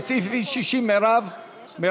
סעיף 60. מרב.